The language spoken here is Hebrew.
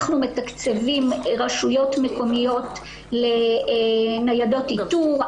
אנחנו מתקצבים ראשויות מקומיות לניידות איתור,